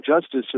Justice